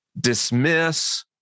dismiss